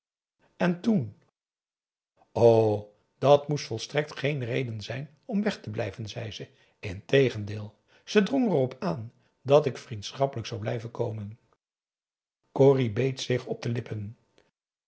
en toen o dat moest volstrekt geen reden zijn om weg te blijven zei ze integendeel ze drong er op aan dat ik vriendschappelijk zou blijven komen corrie beet zich op de lippen